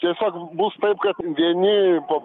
tiesiog bus taip kad vieni po